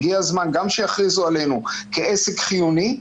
הגיע הזמן גם שיכריזו עלינו כעסק חיוני,